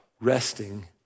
resting